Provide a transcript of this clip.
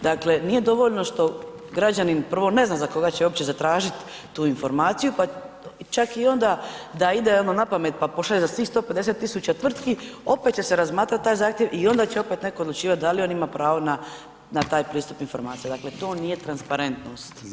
Dakle, nije dovoljno što građanin prvo ne zna za koga će uopće zatražit tu informaciju, pa čak i onda da ide ono napamet, pa pošalje za svih 150 000 tvrtki, opet će se razmatrat taj zahtjev i onda će opet netko odlučivat da li on ima pravo na taj pristup informacija, dakle, to nije transparentnost.